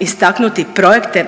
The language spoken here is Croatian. istaknuti projekte